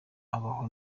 abaho